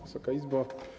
Wysoka Izbo!